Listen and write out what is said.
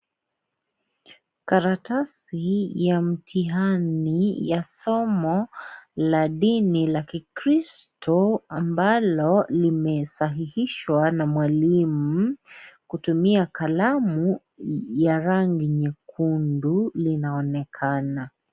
Karatasi ya mtihani ya somo la dini la kikristo ambalo limesahishwa na mwalimu kutumia kalamu ya rangi nyekundu linaonekana.